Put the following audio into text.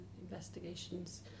investigations